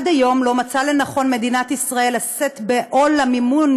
עד היום לא מצאה מדינת ישראל לנכון לשאת בעול המימון